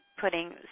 putting